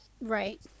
right